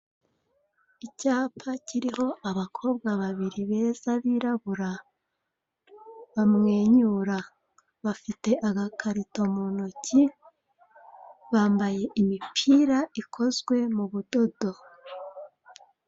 Icyapa kiriho abakobwa babiri beza birabura, bamwenyura bafite agakarito muntoki bambaye imipira ikozwe m'ubudodo.